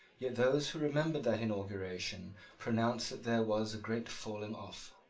yet those who remembered that inauguration pronounced that there was a great falling off.